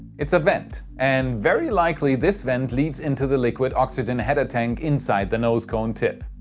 it's a vent. and very likely this vent leads into the liquid oxygen header tank inside the nose cone tip.